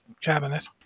cabinet